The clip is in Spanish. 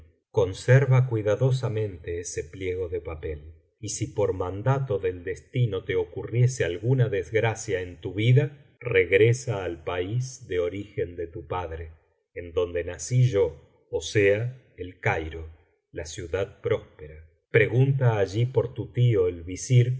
conserva cuidadosamente ese pliego de papel y si por mandato del destino te ocurriese alguna desgracia en tu vida regresa al país de origen de tu padre en donde nací yo ó sea el cairo la ciudad próspera pregunta allí por tu tío el visir